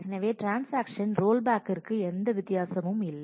எனவே ட்ரான்ஸாக்ஷன்ஸ் ரோல்பேக்கிற்கு எந்த வித்தியாசமும் இல்லை